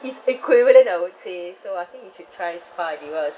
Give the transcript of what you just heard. it's equivalent I would say so I think you should try spa Adeva or